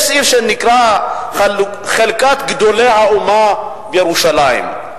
יש סעיף שנקרא "חלקת גדולי האומה בירושלים".